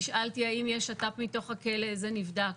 נשאלתי האם יש שת"פ מתוך הכלא, זה נבדק.